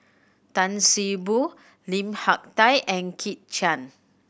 Tan See Boo Lim Hak Tai and Kit Chan